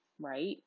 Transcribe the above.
Right